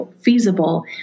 feasible